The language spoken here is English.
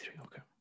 okay